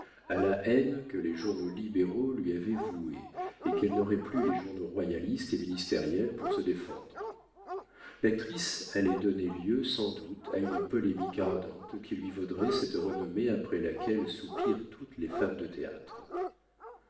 à la haine que les journaux libéraux lui avaient vouée et qu'elle n'aurait plus les journaux royalistes et ministériels pour se défendre l'actrice allait donner lieu sans doute à une polémique ardente qui lui vaudrait cette renommée après laquelle soupirent toutes les femmes de théâtre